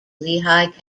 lehigh